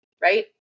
Right